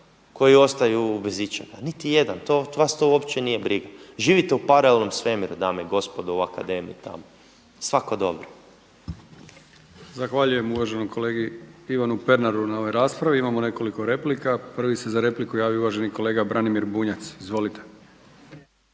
koji ostaju bez ičega? Niti jedan, vas to uopće nije briga. Živite u paralelnom svemiru dame i gospodo u akademiji tamo. Svako dobro. **Brkić, Milijan (HDZ)** Zahvaljujem uvaženom Ivanu Pernaru na ovoj raspravi. Imamo nekoliko replika. Prvi se za repliku javio uvaženi kolega Branimir Bunjac. Izvolite.